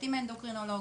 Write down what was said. להיבטים אנדוקרינולוגים,